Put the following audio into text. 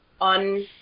on